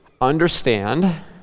understand